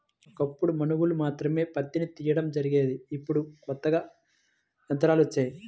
ఒకప్పుడు మనుషులు మాత్రమే పత్తిని తీయడం జరిగేది ఇప్పుడు కొత్తగా యంత్రాలు వచ్చాయి